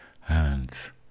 hands